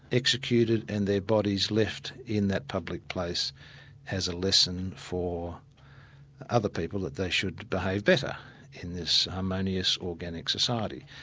executed and their bodies left in that public place as a lesson for other people that they should behave better in this harmonious, organic society.